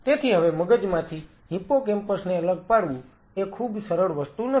તેથી હવે મગજમાંથી હિપ્પોકેમ્પસ ને અલગ પાડવું એ ખૂબ સરળ વસ્તુ નથી